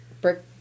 brick